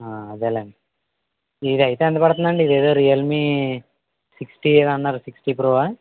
ఆ అదేలెండి ఇది అయితే ఎంతపడుతుంది అండి ఇదేదో రియల్ మీ సిక్స్టీ అన్నారు సిక్స్టీ ప్రో ఆ